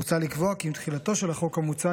מוצע לקבוע כי עם תחילתו של החוק המוצע